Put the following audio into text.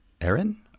Aaron